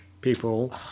people